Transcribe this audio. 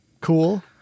cool